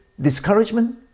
discouragement